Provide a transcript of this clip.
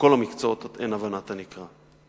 בכל המקצועות אין הבנת הנקרא.